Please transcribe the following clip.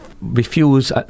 refuse